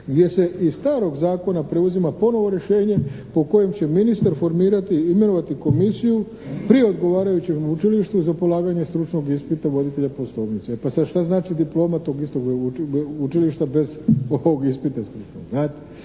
gdje se iz starog zakona preuzima ponovo rješenje po kojem će ministar formirati i imenovati komisiju pri odgovarajućem učilištu za polaganje stručnog ispita voditelja poslovnice. Pa sad šta znači diploma tog istog učilišta bez tog ispita, znate?